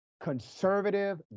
conservative